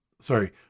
sorry